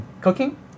cooking